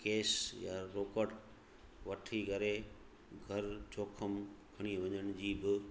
cash या रोकड़ वठी करे घरु जोखम खणी वञण जी बि